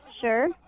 Sure